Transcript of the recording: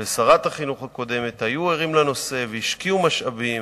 ושרת החינוך הקודמת היו ערים לנושא והשקיעו משאבים,